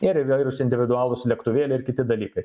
ir įvairūs individualūs lėktuvėliai ir kiti dalykai